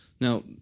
Now